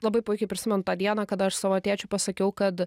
labai puikiai prisimenu tą dieną kada aš savo tėčiui pasakiau kad